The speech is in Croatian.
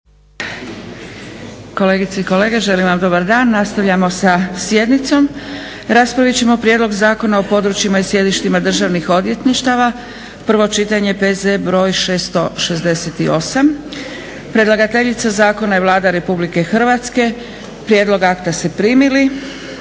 Kolegice i kolege želim vam dobar dan. Nastavljamo sa sjednicom. Raspraviti ćemo: - Prijedlog Zakona o područjima i sjedištima državnih odvjetništava, prvo čitanje, P.Z. 668; Predlagateljica zakona je Vlada Republike Hrvatske. Prijedlog akta ste primili.